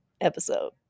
episode